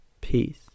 peace